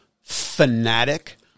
fanatic